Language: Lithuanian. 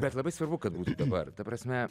bet labai svarbu kad dabar ta prasme